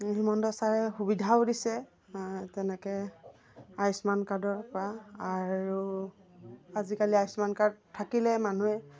হিমন্ত ছাৰে সুবিধাও দিছে তেনেকৈ আয়ুস্মান কাৰ্ডৰ পৰা আৰু আজিকালি আয়ুস্মান কাৰ্ড থাকিলে মানুহে